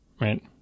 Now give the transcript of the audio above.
right